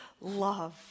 love